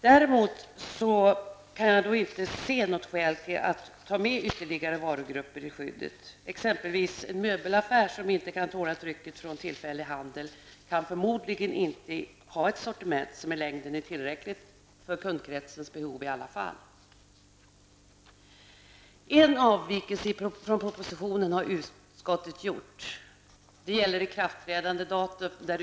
Däremot kan jag inte se något skäl att ta med ytterligare varugrupper i skyddet. En möbelaffär t.ex. som inte kan tåla trycket från tillfällig handel kan förmodligen inte ha ett sortiment som i längden är tillräckligt för kundkretsens behov. En avvikelse från propositionen har utskottet gjort. Det gäller ikraftträdandedatum.